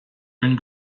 gün